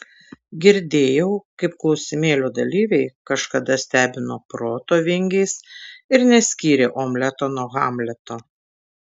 girdėjau kaip klausimėlio dalyviai kažkada stebino proto vingiais ir neskyrė omleto nuo hamleto